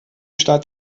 stadt